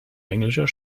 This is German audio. englischer